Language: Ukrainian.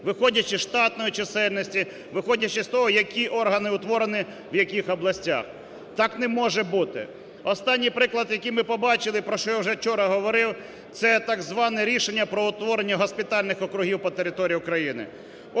виходячи з штатної чисельності, виходячи з того, які органи утворені, в яких областях. Так не може бути. Останній приклад, який ми побачили, про що я вже вчора говорив, це так зване рішення про утворення госпітальних округів по території України.